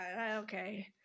Okay